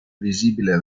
visibile